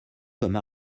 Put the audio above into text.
comme